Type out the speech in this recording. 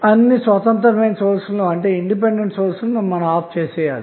అన్ని స్వతంత్రమైన సోర్స్లను ఆపివేయాలి